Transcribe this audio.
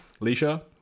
Leisha